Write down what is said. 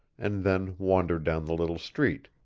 and then wandered down the little street,